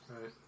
Right